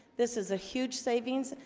this is a huge savings.